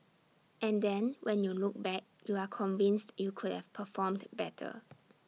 and then when you look back you are convinced you could have performed better